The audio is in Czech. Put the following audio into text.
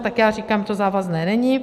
Tak já říkám, to závazné není.